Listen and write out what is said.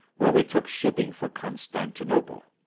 where we took shipping for constantinople.